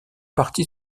parti